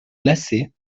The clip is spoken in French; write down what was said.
glacé